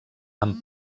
amb